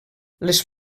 les